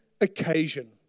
occasion